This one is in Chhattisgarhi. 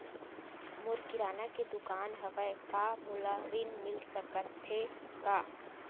मोर किराना के दुकान हवय का मोला ऋण मिल सकथे का?